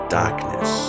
darkness